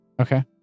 Okay